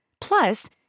Plus